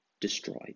destroyed